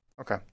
Okay